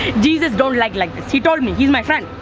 jesus don't like like this. he told me. he's my friend.